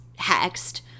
hexed